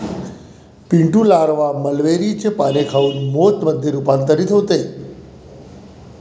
Pintu larva मलबेरीचे पाने खाऊन मोथ मध्ये रूपांतरित होते